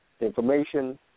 information